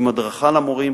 עם הדרכה למורים,